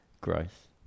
growth